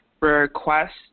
request